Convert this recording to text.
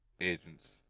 agents